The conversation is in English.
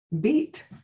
beat